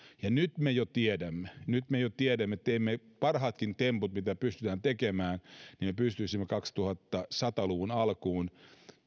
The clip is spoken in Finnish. nyt me jo tiedämme nyt me jo tiedämme että vaikka teemme parhaatkin temput mitä pystymme tekemään niin me pystyisimme kaksituhattasata luvun alkuun